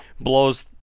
Blows